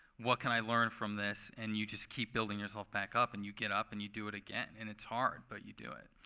what can i learn from this? and you just keep building yourself back up. and you get up, and you do it again. and it's hard. but you do it.